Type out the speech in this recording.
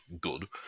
good